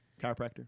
chiropractor